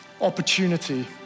opportunity